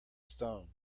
stone